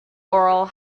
oral